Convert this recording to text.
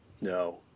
No